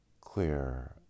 clear